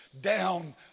down